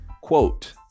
quote